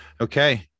Okay